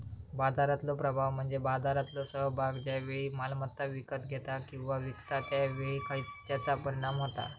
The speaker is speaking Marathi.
बाजारातलो प्रभाव म्हणजे बाजारातलो सहभागी ज्या वेळी मालमत्ता विकत घेता किंवा विकता त्या वेळी त्याचा परिणाम होता